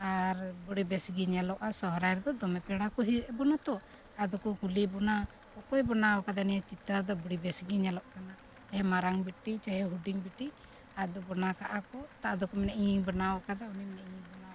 ᱟᱨ ᱵᱟᱹᱲᱤ ᱵᱮᱥ ᱜᱮ ᱧᱮᱞᱚᱜᱼᱟ ᱥᱚᱦᱚᱨᱟᱭ ᱨᱮᱫᱚ ᱫᱚᱢᱮ ᱯᱮᱲᱟ ᱠᱚ ᱦᱮᱡ ᱟᱵᱚᱱᱟ ᱛᱚ ᱟᱫᱚ ᱠᱚ ᱠᱩᱞᱤ ᱵᱚᱱᱟ ᱚᱠᱚᱭ ᱵᱮᱱᱟᱣ ᱠᱟᱫᱟ ᱱᱤᱭᱟᱹ ᱪᱤᱛᱟᱹᱨ ᱫᱚ ᱵᱟᱹᱲᱤ ᱵᱮᱥ ᱜᱮ ᱧᱮᱞᱚᱜ ᱠᱟᱱᱟ ᱪᱟᱦᱮ ᱢᱟᱨᱟᱝ ᱵᱤᱴᱤ ᱪᱟᱦᱮ ᱦᱩᱰᱤᱝ ᱵᱤᱴᱤ ᱟᱫᱚ ᱵᱮᱱᱟᱣ ᱠᱟᱜᱼᱟ ᱠᱚ ᱛᱚ ᱟᱫᱚ ᱠᱚ ᱢᱮᱱᱟ ᱤᱧᱤᱧ ᱵᱮᱱᱟᱣ ᱟᱠᱟᱫᱟ ᱩᱱᱤ ᱢᱮᱱᱮᱫ ᱤᱧ ᱵᱟᱱᱟᱣ ᱠᱟᱫᱟ